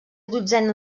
dotzena